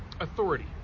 Authority